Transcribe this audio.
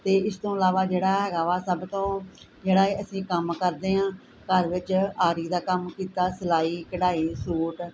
ਅਤੇ ਇਸ ਤੋਂ ਇਲਾਵਾ ਜਿਹੜਾ ਹੈਗਾ ਵਾ ਸਭ ਤੋਂ ਜਿਹੜਾ ਅਸੀਂ ਕੰਮ ਕਰਦੇ ਹਾਂ ਘਰ ਵਿੱਚ ਆਰੀ ਦਾ ਕੰਮ ਕੀਤਾ ਸਿਲਾਈ ਕਢਾਈ ਸੂਟ